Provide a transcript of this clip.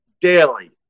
daily